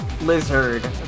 lizard